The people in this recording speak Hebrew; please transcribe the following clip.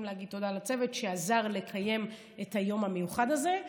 להגיד תודה לצוות שעזר לקיים את היום המיוחד הזה,